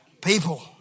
People